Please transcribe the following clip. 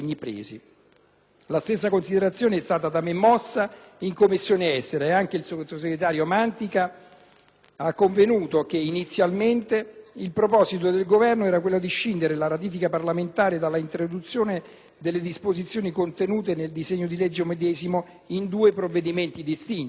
La stessa considerazione è stata da me mossa in Commissione affari esteri, ed anche il sottosegretario Mantica ha convenuto che, inizialmente, il proposito del Governo era quello di scindere la ratifica parlamentare dalla introduzione delle disposizioni contenute nel disegno di legge medesimo in due provvedimenti distinti. Non voglio